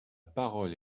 parole